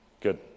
Good